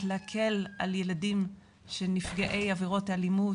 להקל על ילדים שהם נפגעי עבירות אלימות